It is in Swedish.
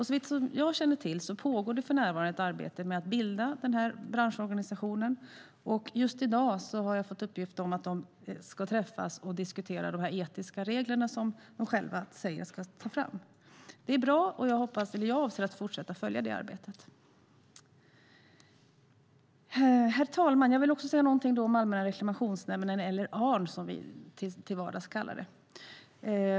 Såvitt jag känner till pågår det för närvarande ett arbete med att bilda en branschorganisation. Just i dag har jag fått uppgift om att de ska träffas och diskutera de etiska regler som de själva säger ska tas fram. Det är bra, och jag avser att fortsätta följa det arbetet. Herr talman! Jag vill säga några ord om Allmänna reklamationsnämnden, eller Arn som vi till vardags kallar den.